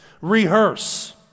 Rehearse